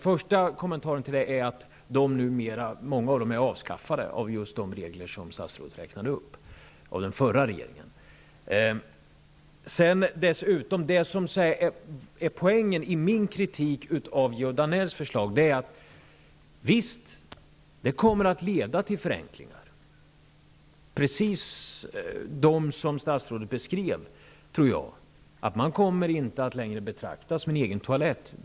Min kommentar till det är att de flesta av de regler hon talade om numera är avskaffade, och det gjordes av den förra regeringen. Poängen i min kritik av Georg Danells förslag är att det kommer att leda till förenklingar, precis som statsrådet beskrev. Man kommer inte längre att betrakta det som nödvändigt med en egen toalett.